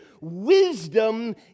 wisdom